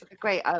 Great